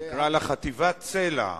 נקרא לה חטיבת סל"ע,